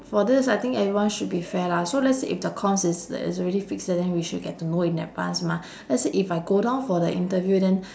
for this I think everyone should be fair lah so let's say if the comms is that is already fixed then we should get to know in advance mah let's say if I go down for the interview then